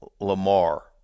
Lamar